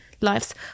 lives